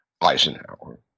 Eisenhower